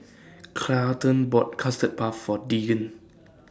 Carleton bought Custard Puff For Deegan